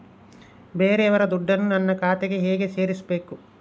ಬೇರೆಯವರ ದುಡ್ಡನ್ನು ನನ್ನ ಖಾತೆಗೆ ಹೇಗೆ ಸೇರಿಸಬೇಕು?